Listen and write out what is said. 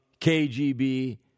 KGB